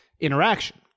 interaction